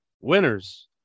winners